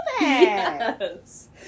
Yes